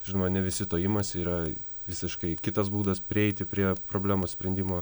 žinoma ne visi to imasi yra visiškai kitas būdas prieiti prie problemos sprendimo